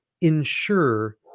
ensure